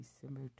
December